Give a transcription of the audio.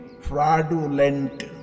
fraudulent